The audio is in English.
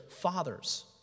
fathers